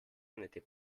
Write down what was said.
n’étaient